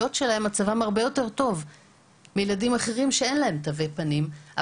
שלהם יותר טוב מילדים אחרים שאין להם תווי פנים.